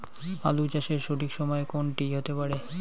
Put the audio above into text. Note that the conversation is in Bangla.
আলু চাষের সঠিক সময় কোন টি হতে পারে?